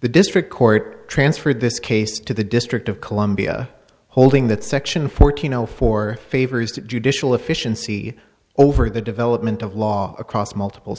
the district court transferred this case to the district of columbia holding that section fourteen zero for favors to judicial efficiency over the development of law across multiple